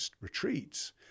retreats